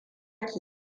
ki